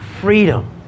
freedom